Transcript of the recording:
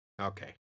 Okay